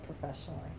professionally